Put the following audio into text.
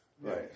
Right